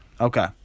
Okay